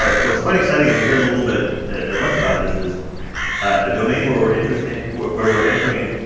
so what's quite exciting and we heard a little bit at lunch about this is a domain where we're interested where where we're entering